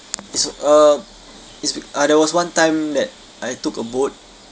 it's uh it's be~ uh there was one time that I took a boat